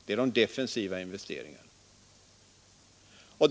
Det är de defensiva investeringarna.